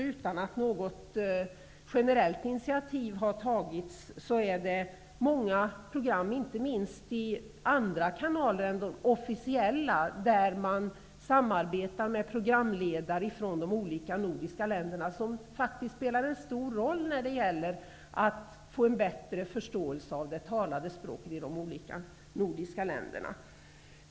Utan att något generellt initiativ tagits samarbetar man i många program, inte minst i andra kanaler än de officiella, mellan programledare från de olika nordiska länderna, något som faktiskt spelar en stor roll för att få till stånd en bättre förståelse för det talade språket i resp. nordiska länder.